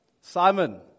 Simon